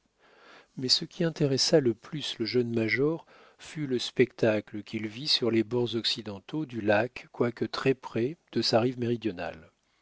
mais ce qui intéressa le plus le jeune major fut le spectacle qu'il vit sur les bords occidentaux du lac quoique très près de sa rive méridionale